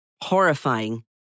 horrifying